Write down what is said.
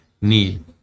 need